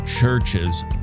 churches